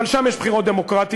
אבל שם יש בחירות דמוקרטיות.